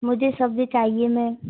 मुझे सब्जी चाहिए मेम